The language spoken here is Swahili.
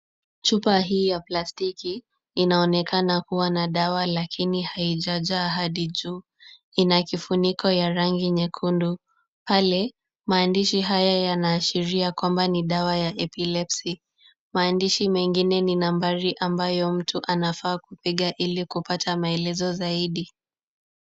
Chupa hii ya plastiki inaonekana kuwa na dawa lakini haijajaa hadi juu. Ina kifuniko ya rangi nyekundu. Pale, maandishi haya yanaashiria kwamba ni dawa ya epilepsy . Maandishi mengine ni nambari ambayo mtu anafaa kupiga ili kupata maelezo zaidi.